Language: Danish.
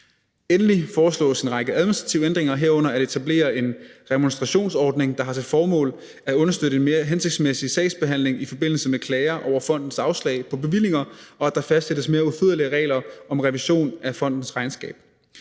Endelig foreslås en række administrative ændringer, herunder at etablere en remonstrationsordning, der har til formål at understøtte en mere hensigtsmæssig sagsbehandling i forbindelse med klager over fondens afslag på bevillinger, og at der fastsættes mere udførlige regler om revision af fondens regnskab.